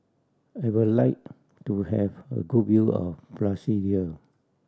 I would like to have a good view of Brasilia